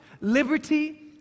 liberty